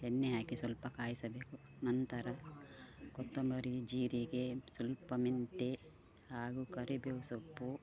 ಎಣ್ಣೆ ಹಾಕಿ ಸ್ವಲ್ಪ ಕಾಯಿಸಬೇಕು ನಂತರ ಕೊತ್ತಂಬರಿ ಜೀರಿಗೆ ಸ್ವಲ್ಪ ಮೆಂತ್ಯ ಹಾಗೂ ಕರಿಬೇವು ಸೊಪ್ಪು